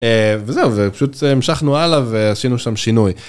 וזהו, פשוט המשכנו הלאה ועשינו שם שינוי.